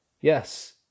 Yes